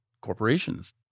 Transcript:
corporations